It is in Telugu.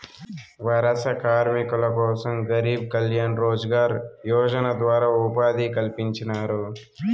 వలస కార్మికుల కోసం గరీబ్ కళ్యాణ్ రోజ్గార్ యోజన ద్వారా ఉపాధి కల్పించినారు